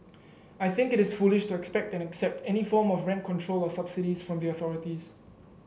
I think it is foolish to expect and accept any form of rent control or subsidies from the authorities